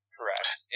Correct